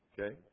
Okay